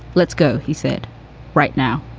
let's go. he said right now